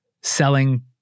selling